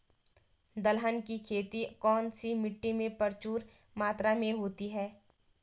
दलहन की खेती कौन सी मिट्टी में प्रचुर मात्रा में होती है?